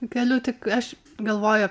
galiu tik aš galvoju